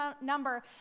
number